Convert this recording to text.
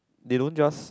they don't just